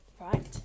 Right